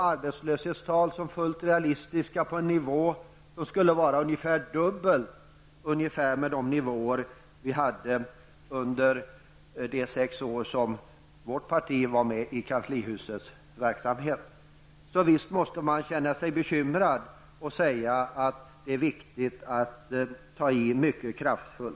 Arbetslöshetstal som är dubbelt så höga som dem som noterades under de sex år som vårt parti deltog i kanslihusets verksamhet skulle vara helt realistiska. Visst måste man vara bekymrad. Det är viktigt att verkligen ta krafttag.